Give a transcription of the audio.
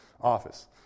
office